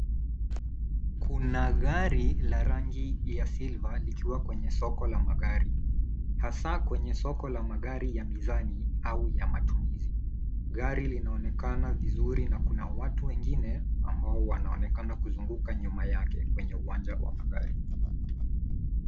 Kuna gari la rangi ya silver likiwa kwenye soko la magari hasa kwenye soko la magari ya mizani au ya matumizi. Gari linaonekana vizuri na kuna watu wengine ambao wanaonekana kuzunguka nyuma yake kwenye uwanja wa magari.